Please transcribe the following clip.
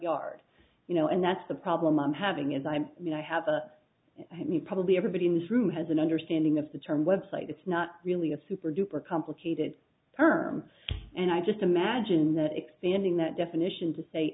yard you know and that's the problem i'm having is i mean i have a me probably everybody in this room has an understanding of the term website it's not really a super duper complicated term and i just imagine that expanding that definition to say